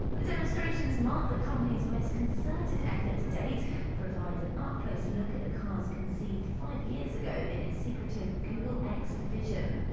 the demonstrations mark the company's most concerted effort to date to provide an up-close look at the cars conceived five years ago in its secretive google x division.